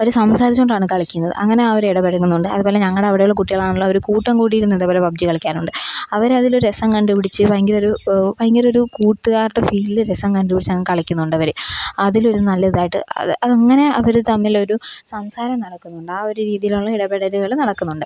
അവർ സംസാരിച്ചതു കൊണ്ടാണ് കളിക്കുന്നത് അങ്ങനെ അവരിടപഴകുന്നുണ്ട് അതുപോലെ ഞങ്ങളുടെ അവിടെയുള്ള കുട്ടികളാണെങ്കിലും അവർ കൂട്ടം കൂടിയിരുന്നിതേപോലെ പബ് കളിക്കാറുണ്ട് അവരതിലൊരു രസം കണ്ടു പിടിച്ച് ഭയങ്കരൊരു ഭയങ്കരൊരു കൂട്ടുകാരുടെ ഫീലിൽ രസം കണ്ടു പിടിച്ചങ്ങ് കളിക്കുന്നുണ്ടവർ അതിലൊരു നല്ല ഇതായിട്ട് അത് അതങ്ങനെ അവർ തമ്മിലൊരു സംസാരം നടക്കുന്നുണ്ട് ആ ഒരു രീതിയിലുള്ള ഇടപെടലുകൾ നടക്കുന്നുണ്ട്